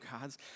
gods